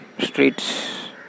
streets